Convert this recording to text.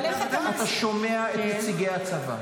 אתה שומע את נציגי הצבא,